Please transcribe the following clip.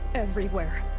everywhere!